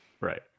Right